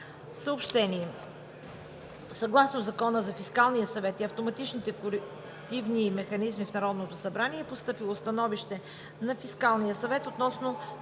Съобщения: Съгласно Закона за Фискалния съвет и автоматичните колективни механизми в Народното събрание е постъпило становище на Фискалния съвет относно